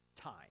time